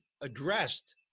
addressed